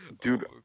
Dude